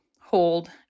hold